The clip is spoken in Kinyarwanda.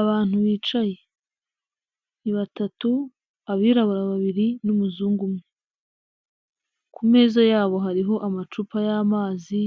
Abantu bicaye ni batatu abirabura babiri n'umuzungu umwe, ku meza yabo hariho amacupa y'amazi,